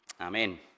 amen